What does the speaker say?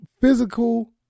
physical